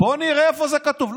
בואי נראה איפה זה כתוב,